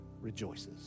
rejoices